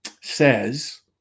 says